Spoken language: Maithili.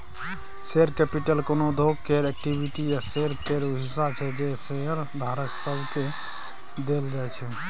शेयर कैपिटल कोनो उद्योग केर इक्विटी या शेयर केर ऊ हिस्सा छै जे शेयरधारक सबके देल जाइ छै